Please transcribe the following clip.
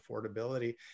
affordability